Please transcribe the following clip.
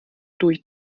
durch